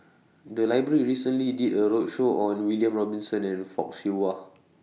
The Library recently did A roadshow on William Robinson and Fock Siew Wah